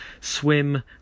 swim